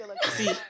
see